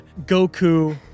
Goku